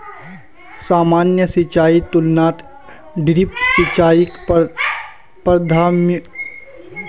सामान्य सिंचाईर तुलनात ड्रिप सिंचाईक प्राथमिकता दियाल जाहा